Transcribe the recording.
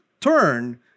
turn